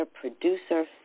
producer